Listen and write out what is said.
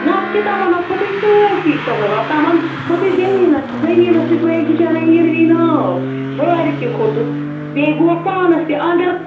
نَتہٕ کیاہ تِمَن ہا کھوٚتٕے سٲرسٕے سہلاب تِمن کھوٚتُے زٔمیٖنَس زٔمیٖنَس تہِ گٔیکھ بِچارَن یِروٕنۍ ناو وارِ تہِ کھوٚتُکھ بیٚیہِ گوکھ پانَس تہِ اَندَر